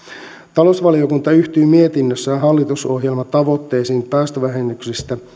talousvaliokunta yhtyy mietinnössään hallitusohjelman tavoitteisiin päästövähennyksistä